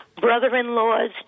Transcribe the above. brother-in-laws